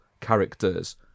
characters